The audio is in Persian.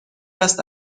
است